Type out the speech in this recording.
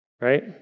right